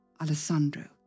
Alessandro